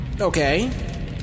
okay